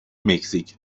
مکزیک